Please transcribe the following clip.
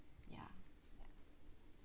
ya